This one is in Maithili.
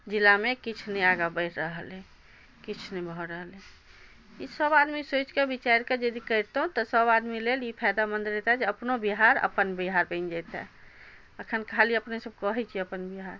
जिलामे किछु नहि आगाँ बढ़ि रहल अइ किछु नहि भऽ रहल अइ ईसब आदमी सोचिके विचारिके जदि करितहुँ तऽ सब आदमी लेल ई फायदामन्द रहितै जे अपनो बिहार अपन बिहार बनि जइतै एखन खाली अपने सब कहै छिए अपन बिहार